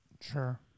Sure